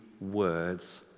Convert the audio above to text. words